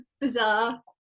bizarre